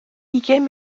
ugain